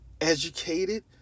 educated